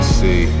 see